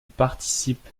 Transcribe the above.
participe